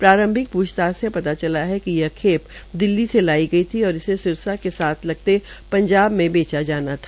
प्रांरभिक पूछताछ से पता चला है कि यह खेप दिल्ली से लाई गई थी और इसे सिरसा के साथ लगते पंजाब में बेचा जाना था